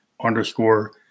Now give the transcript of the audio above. underscore